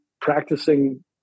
practicing